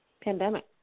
pandemic